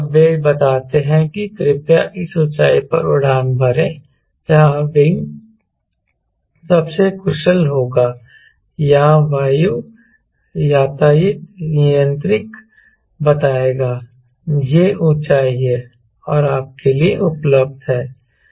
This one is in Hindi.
जब वे बताते हैं कि कृपया इस ऊंचाई पर उड़ान भरें जहां विंग सबसे कुशल होगा या वायु यातायात नियंत्रक बताएगा यह ऊंचाई है यह आपके लिए उपलब्ध है